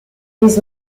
his